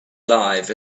life